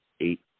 eight